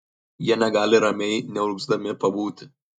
jie negali ramiai neurgzdami pabūti